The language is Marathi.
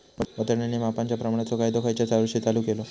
वजन आणि मापांच्या प्रमाणाचो कायदो खयच्या वर्षी चालू केलो?